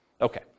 Okay